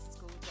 School